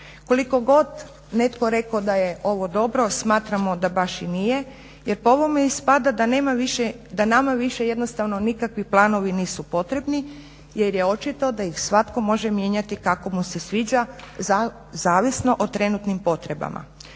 Koliko god netko rekao da je ovo dobro, smatramo da baš i nije. Jer po ovome ispada da nema više, da nama više jednostavno nikakvi planovi nisu potrebni jer je očito da ih svatko može mijenjati kako mu se sviđa zavisno o trenutnim potrebama.